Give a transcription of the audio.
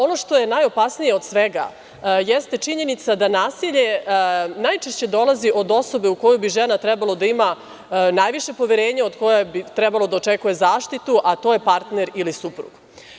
Ono što je najopasnije od svega jeste činjenica da nasilje najčešće dolazi od osobe u koju bi žena trebalo da ima najviše poverenja od koje bi trebalo da očekuje zaštitu, a to je partner ili suprug.